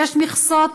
וכשיש מכסות,